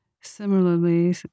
Similarly